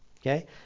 Okay